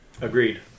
Agreed